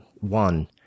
One